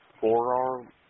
Forearm